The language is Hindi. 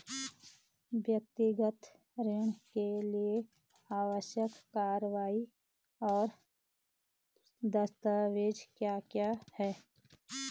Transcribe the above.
व्यक्तिगत ऋण के लिए आवश्यक कार्यवाही और दस्तावेज़ क्या क्या हैं?